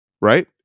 right